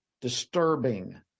disturbing